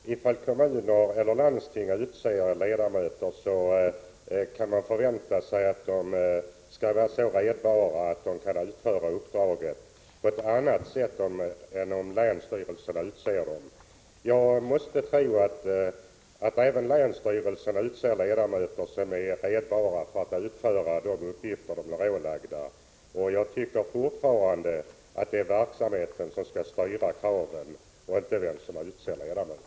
Herr talman! Jag tycker att det är ett vanskligt ställningstagande om man utgår ifrån att man, om kommunerna eller landstingen utser ledamöter, kan förvänta sig att ledamöterna skall vara så redbara att de kan utföra uppdraget på ett annat sätt än om länsstyrelserna utser dem. För min del tror jag att även länsstyrelserna utser ledamöter som är redbara vid utförandet av de ålagda uppgifterna. Jag tycker fortfarande att det är verksamheten som skall styra kraven och inte vem som utser ledamöterna.